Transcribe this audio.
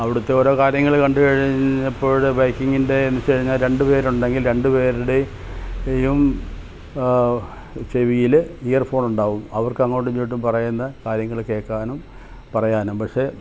അവിടുത്തെ ഓരോ കാര്യങ്ങള് കണ്ട് കഴിഞ്ഞപ്പോൾ ബൈക്കിങ്ങിൻ്റെ എന്നു വച്ച് കഴിഞ്ഞാൽ രണ്ട് പേരുണ്ടെങ്കിൽ രണ്ട് പേരുടെയും ചെവിയിൽ ഇയർ ഫോണുണ്ടാവും അവർക്ക് അങ്ങോട്ടും ഇങ്ങോട്ടും പറയുന്ന കാര്യങ്ങൾ കേൾക്കാനും പറയാനും പക്ഷെ